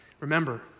Remember